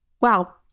wow